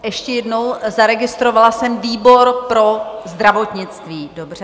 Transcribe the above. Ještě jednou, zaregistrovala jsem výbor pro zdravotnictví, dobře.